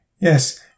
Yes